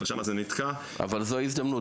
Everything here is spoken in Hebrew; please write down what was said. אבל שמה זה נתקע --- אבל זו ההזדמנות,